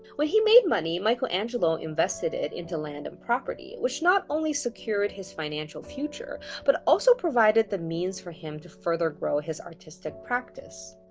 when he made money, michelangelo invested it into land and property, which not only secured his financial future, but also provided the means for him to further grow his artistic practice.